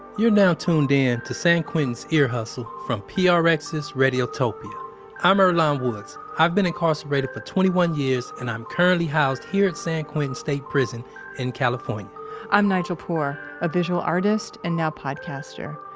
you're now tuned in to san quentin's ear hustle from prx's radiotopia i'm earlonne woods. i've been incarcerated for twenty one years, and i'm currently housed here at san quentin state prison in california i'm nigel poor, a visual artist and now podcaster.